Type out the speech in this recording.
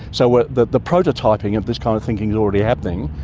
so but the the prototyping of this kind of thinking is already happening,